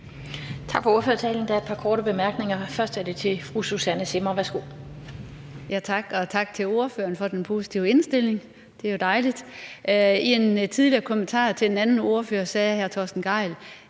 Tak for ordførertalen. Der er et par korte bemærkninger. Først er det til fru Susanne Zimmer. Værsgo. Kl. 11:50 Susanne Zimmer (UFG): Tak. Og tak til ordføreren for den positive indstilling – det er jo dejligt. I en tidligere kommentar til en anden ordfører sagde hr. Torsten Gejl,